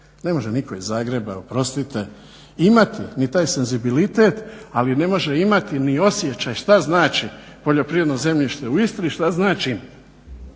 Ne može nitko iz Zagreba, oprostite, imati ni taj senzibilitet, ali ne može imati ni osjećaj šta znači poljoprivredno zemljište u Istri šta znači